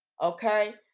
okay